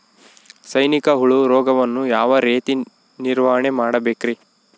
ಸೈನಿಕ ಹುಳು ರೋಗವನ್ನು ಯಾವ ರೇತಿ ನಿರ್ವಹಣೆ ಮಾಡಬೇಕ್ರಿ?